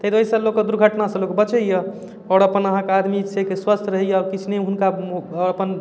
ताहि दुआरे ईसबसँ लोक दुर्घटनासँ लोक बचैए आओर अपन अहाँके आदमी छै कि स्वस्थ रहैए किछु नहि हुनका अपन